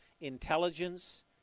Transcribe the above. intelligence